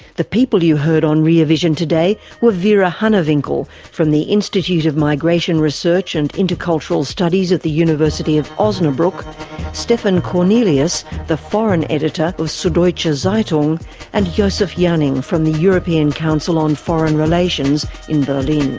the people you heard on rear vision today were vera hanewinkel, from the institute for migration research and intercultural studies at the university of osnabruck stefan kornelius, the foreign editor of suddeutsche ah zeitung and josef janning from the european council on foreign relations in berlin.